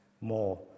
more